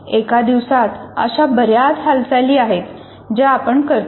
एका दिवसात अशा बर्याच हालचाली आहेत ज्या आपण करतो